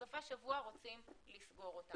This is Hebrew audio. בסופי השבוע רוצים לסגור אותם.